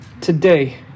today